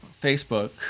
Facebook